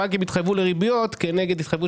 הבנקים התחייבו לריביות כנגד התחייבות